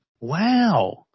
Wow